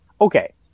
okay